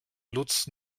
lutz